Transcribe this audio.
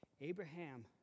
Abraham